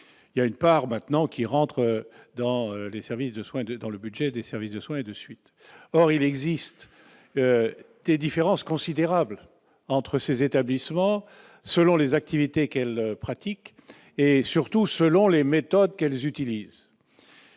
une part des tarifs entre dans le budget des services de soins de suite et de réadaptation. Or il existe des différences considérables entre ces établissements selon les activités qu'ils pratiquent et, surtout, selon les méthodes qu'ils utilisent.